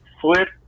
flip